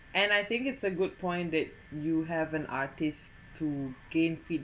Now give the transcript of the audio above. and I think it's a good point that you have an artist to gain feedback